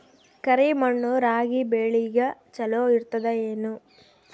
ಕರಿ ಮಣ್ಣು ರಾಗಿ ಬೇಳಿಗ ಚಲೋ ಇರ್ತದ ಏನು?